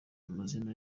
amazina